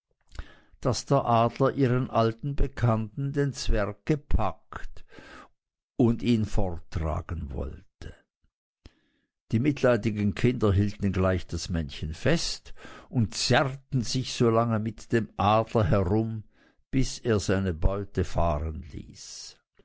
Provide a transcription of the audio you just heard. daß der adler ihren alten bekannten den zwerg gepackt hatte und ihn forttragen wollte die mitleidigen kinder hielten gleich das männchen fest und zerrten sich so lange mit dem adler herum bis er seine beute fahren ließ